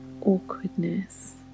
awkwardness